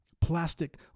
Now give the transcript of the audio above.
Plastic